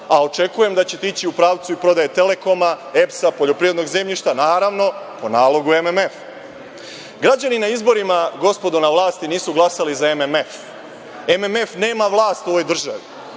a očekujem da ćete ići u pravcu i prodaje „Telekoma“, EPS-a, poljoprivrednog zemljišta, naravno, po nalogu MMF-a. Građani na izborima, gospodo na vlasti, nisu glasali za MMF. MMF nema vlast u ovoj državi